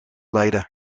leiden